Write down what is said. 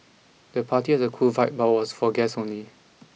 the party had a cool vibe but was for guests only